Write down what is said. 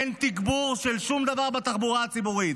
אין תגבור של שום דבר בתחבורה הציבורית.